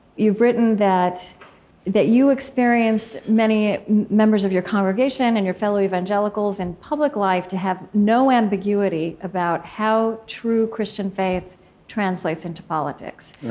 you've written that that you experienced many members of your congregation and your fellow evangelicals in public life to have no ambiguity about how true christian faith translates into politics,